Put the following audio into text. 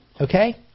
Okay